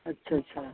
अच्छा अच्छा